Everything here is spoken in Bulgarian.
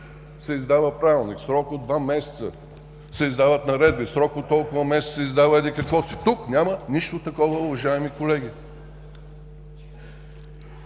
се издава Правилник, в срок от два месеца се издават наредби, в срок от толкова месеци се издава еди какво си. Тук няма нищо такова, уважаеми колеги!